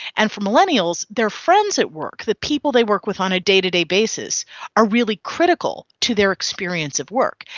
and for millennials, their friends at work, the people they work with on a day-to-day basis are really critical to their experience of work.